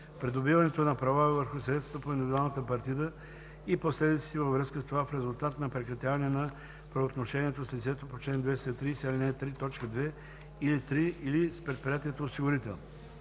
придобиването на права върху средствата по индивидуалната партида и последиците във връзка с това в резултат на прекратяване на правоотношението с лицето по чл. 230, ал. 3, т. 2 или 3 или с предприятието осигурител;